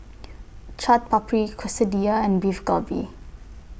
Chaat Papri Quesadillas and Beef Galbi